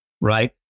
right